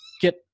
get